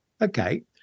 Okay